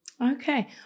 Okay